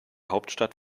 hauptstadt